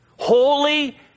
Holy